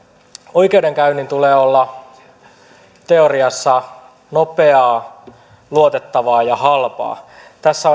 oikeudenkäynnin tulee olla teoriassa nopeaa luotettavaa ja halpaa tässä